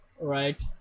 right